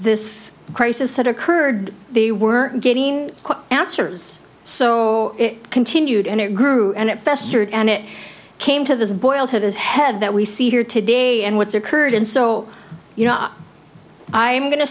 this crisis had occurred they were getting answers so it continued and it grew and it festered and it came to this boil to his head that we see here today and what's occurred and so you know i'm going to